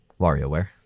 WarioWare